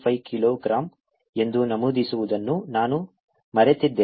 05 kilogram ಎಂದು ನಮೂದಿಸುವುದನ್ನು ನಾನು ಮರೆತಿದ್ದೇನೆ